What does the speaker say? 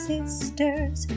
Sisters